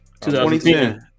2010